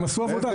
הם עשו עבודה,